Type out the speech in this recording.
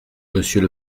monsieur